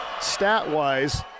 stat-wise